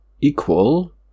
Equal